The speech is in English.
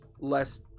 less